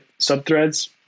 subthreads